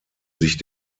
sich